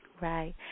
Right